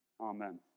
amen